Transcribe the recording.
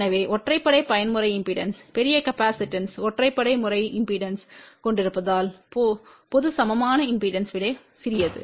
எனவே ஒற்றைப்படை பயன்முறை இம்பெடன்ஸ் பெரிய காப்பாசிட்டன்ஸ் ஒற்றைப்படை முறை இம்பெடன்ஸ்க் கொண்டிருப்பதால் பொது சமமான இம்பெடன்ஸ் விட சிறியது